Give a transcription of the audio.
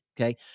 okay